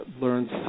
learns